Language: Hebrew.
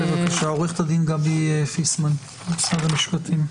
בבקשה, עורכת הדין גבי פיסמן, משרד המשפטים.